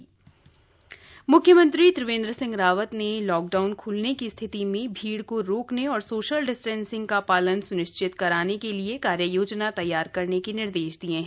CM बैठक म्ख्यमंत्री त्रिवेन्द्र सिंह रावत ने लॉकडाऊन ख्लने की स्थिति में भीड़ को रोकने और सोशल डिस्टेंसिंग का पालन स्निश्चित कराने के लिए कार्य योजना तैयार करने के निर्देश दिये हैं